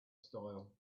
style